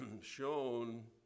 shown